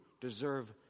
deserve